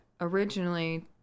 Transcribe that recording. originally